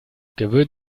gewöhnen